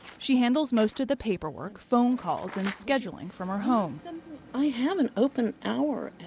she handles most of the paperwork, phone calls and scheduling from her home i have an open hour,